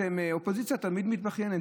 האופוזיציה תמיד מתבכיינת.